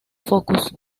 focus